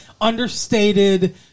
understated